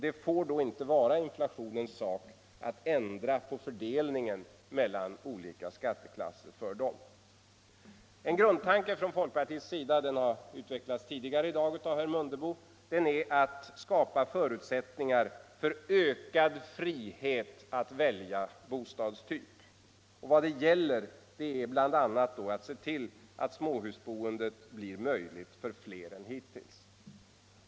Det får då inte vara inflationens sak att för deras del ändra på fördelningen mellan olika skattesatser. En grundtanke från folkpartiet — den har tidigare i dag utvecklats av herr Mundebo -— är att skapa förutsättningar för ökad frihet att välja bostadstyp. Vad det gäller är bl.a. att se till att småhusboendet blir möjligt för fler än hittills.